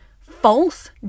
false